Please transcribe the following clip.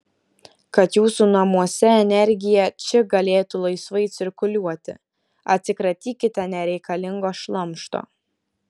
kad jūsų namuose energija či galėtų laisvai cirkuliuoti atsikratykite nereikalingo šlamšto